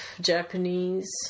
Japanese